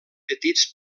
petits